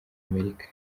amerika